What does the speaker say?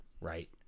right